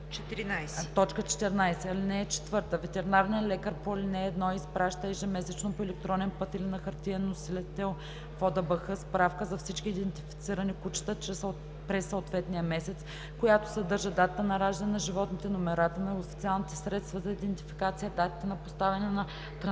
ал. 2, т. 14. (4) Ветеринарният лекар по ал. 1 изпраща ежемесечно по електронен път или на хартиен носител в ОДБХ справка за всички идентифицирани кучета през съответния месец, която съдържа датата на раждане на животните, номерата на официалните средства за идентификация, датите на поставяне на транспондерите